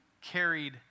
carried